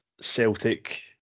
Celtic